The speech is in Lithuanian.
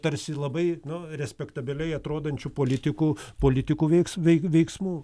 tarsi labai nu respektabiliai atrodančių politikų politikų veiks veik veiksmų